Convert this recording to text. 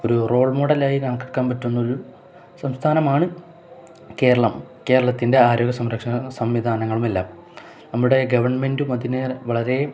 ഒരു റോൾ മോഡലായി കണക്കാക്കാൻ പറ്റുന്ന ഒരു സംസ്ഥാനമാണ് കേരളം കേരളത്തിൻ്റെ ആരോഗ്യ സംരക്ഷണ സംവിധാനങ്ങളുമെല്ലാം നമ്മുടെ ഗവൺമെന്റും അതിനു വളരെ